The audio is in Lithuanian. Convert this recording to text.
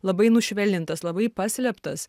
labai nušvelnintas labai paslėptas